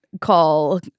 call